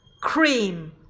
cream